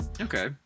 Okay